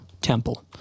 temple